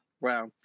Wow